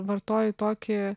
vartoju tokį